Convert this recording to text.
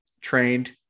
trained